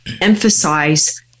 emphasize